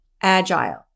agile